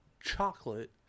chocolate